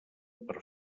per